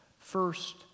First